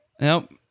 Nope